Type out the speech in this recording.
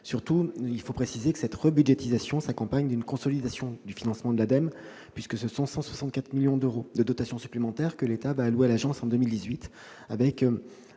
Surtout, cette rebudgétisation s'accompagne d'une consolidation du financement de l'ADEME, puisque ce sont 164 millions d'euros de dotations supplémentaires que l'État allouera à l'agence en 2018 par